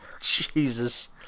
Jesus